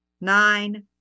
nine